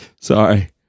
sorry